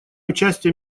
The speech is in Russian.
участие